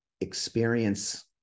experience